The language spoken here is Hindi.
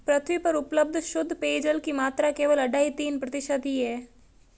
पृथ्वी पर उपलब्ध शुद्ध पेजयल की मात्रा केवल अढ़ाई तीन प्रतिशत ही है